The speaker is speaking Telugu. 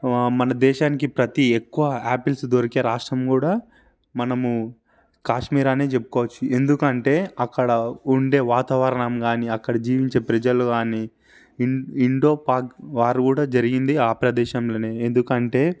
మన దేశానికి ప్రతీ ఎక్కువ ఆపిల్స్ దొరికే రాష్ట్రం కుడా మనము కాశ్మీర్ అనే చెప్పుకోవచ్చు ఎందుకంటే అక్కడ ఉండే వాతావరణం కానీ అక్కడ జీవించే ప్రజలు కానీ ఇం ఇండో పాక్ వార్ కూడా జరిగింది ఆ ప్రదేశంలోనే ఎందుకంటే